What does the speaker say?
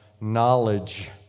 knowledge